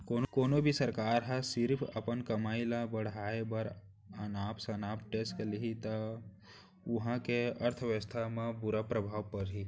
कोनो भी सरकार ह सिरिफ अपन कमई ल बड़हाए बर अनाप सनाप टेक्स लेहि त उहां के अर्थबेवस्था म बुरा परभाव परही